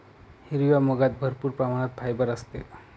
हिरव्या मुगात भरपूर प्रमाणात फायबर असते